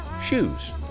Shoes